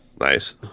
Nice